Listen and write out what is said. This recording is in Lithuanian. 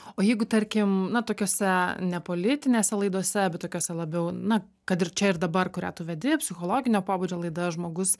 o jeigu tarkim tokiose nepolitinėse laidose bet tokiose labiau na kad ir čia ir dabar kurią tu vedi psichologinio pobūdžio laida žmogus